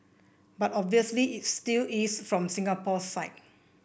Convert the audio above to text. but obviously it still is from Singapore's side